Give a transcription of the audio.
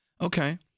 Okay